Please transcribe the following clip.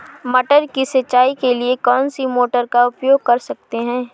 मटर की सिंचाई के लिए कौन सी मोटर का उपयोग कर सकते हैं?